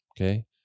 Okay